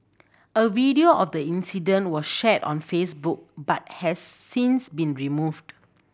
a video of the incident was shared on Facebook but has since been removed